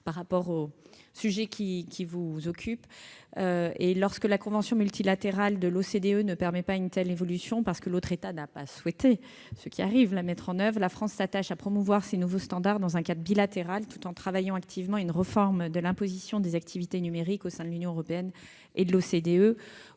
à l'établissement stable. Lorsque la convention multilatérale de l'OCDE ne permet pas une telle évolution, parce que l'autre État n'a pas souhaité la mettre en oeuvre, ce qui arrive, la France s'attache à promouvoir ces nouveaux standards dans un cadre bilatéral, tout en travaillant activement à une réforme de l'imposition des activités numériques au sein de l'Union européenne et de l'OCDE.